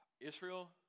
Israel